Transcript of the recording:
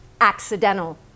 accidental